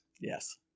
Yes